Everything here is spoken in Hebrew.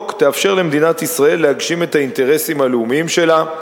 תאפשר למדינת ישראל להגשים את האינטרסים הלאומיים שלה,